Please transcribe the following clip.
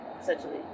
essentially